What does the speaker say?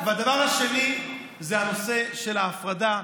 והדבר השני זה הנושא של ההפרדה,